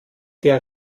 der